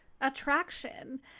attraction